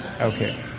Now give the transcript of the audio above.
Okay